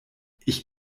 ich